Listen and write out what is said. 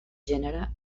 gènere